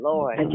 Lord